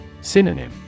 Synonym